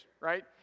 right